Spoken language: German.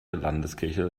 landeskirche